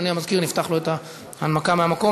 אדוני המזכיר, נפתח לו את ההנמקה מהמקום.